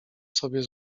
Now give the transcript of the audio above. sobie